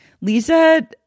Lisa